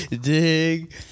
dig